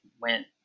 went